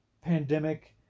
pandemic